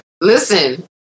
listen